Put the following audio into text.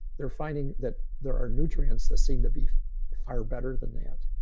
they're finding that there are nutrients that seem to be far better than that.